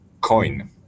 coin